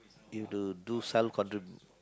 you have to do self-contribution